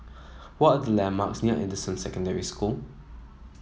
what are the landmarks near Anderson Secondary School